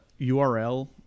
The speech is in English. URL